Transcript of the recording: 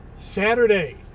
Saturday